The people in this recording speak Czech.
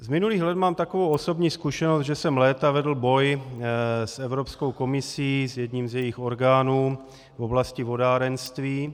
Z minulých let mám takovou osobní zkušenost, že jsem léta vedl boj s Evropskou komisí, s jedním z jejích orgánů, v oblasti vodárenství.